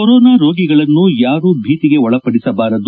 corona ರೋಗಿಗಳನ್ನು ಯಾರು ಭೀತಿಗೆ ಒಳಪದಿಸಬಾರದು